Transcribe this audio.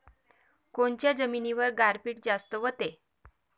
कोनच्या जमिनीवर गारपीट जास्त व्हते?